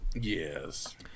Yes